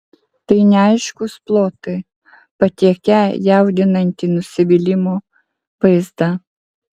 tai neaiškūs plotai patiekią jaudinantį nusivylimo vaizdą